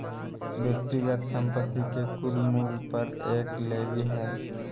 व्यक्तिगत संपत्ति के कुल मूल्य पर एक लेवी हइ